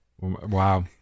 Wow